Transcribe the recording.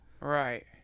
Right